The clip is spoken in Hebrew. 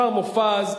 מר מופז,